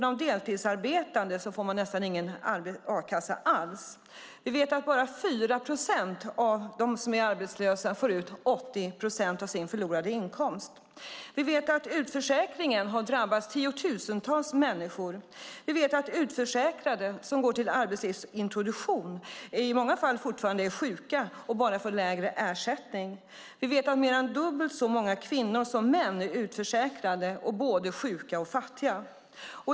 De deltidsarbetande får nästan ingen a-kassa alls. Vi vet att bara 4 procent av dem som är arbetslösa får ut 80 procent av sin förlorade inkomst. Vi vet att utförsäkringen har drabbat tiotusentals människor. Vi vet att utförsäkrade som går till arbetslivsintroduktion i många fall fortfarande är sjuka och bara får en lägre ersättning. Vi vet att mer än dubbelt så många kvinnor som män är utförsäkrade och både sjuka och fattiga.